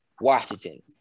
Washington